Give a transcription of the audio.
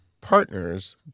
partners